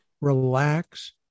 Relax